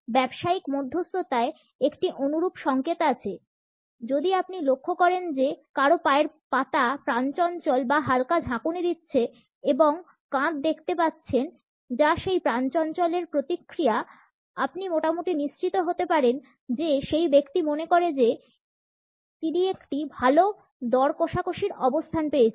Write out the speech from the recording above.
ব্যবসায়িক মধ্যস্ততায় একটি অনুরূপ সংকেত আছে যদি আপনি লক্ষ্য করেন যে কারো পায়ের পাতা প্রাণচঞ্চল বা হালকা ঝাঁকুনি দিচ্ছে এবং কাঁধ দেখতে পাচ্ছেন যা সেই প্রাণচাঞ্চল্যের প্রতিক্রিয়া আপনি মোটামুটি নিশ্চিত হতে পারেন যে সেই ব্যক্তি মনে করেন যে তিনি একটি ভাল দর কষাকষির অবস্থান পেয়েছেন